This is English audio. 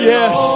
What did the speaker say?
Yes